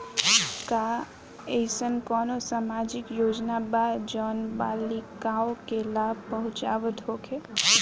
का एइसन कौनो सामाजिक योजना बा जउन बालिकाओं के लाभ पहुँचावत होखे?